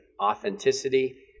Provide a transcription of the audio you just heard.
authenticity